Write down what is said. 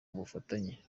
ubufatanye